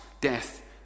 Death